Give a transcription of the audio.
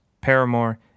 Paramore